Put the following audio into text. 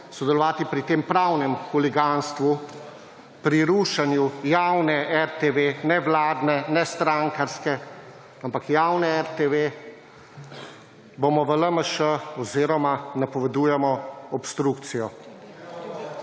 sodelovati pri tem pravnem huliganstvu, pri rušenju javne RTV nevladne, ne strankarske, ampak javne RTV bomo v LMŠ oziroma napovedujemo obstrukcijo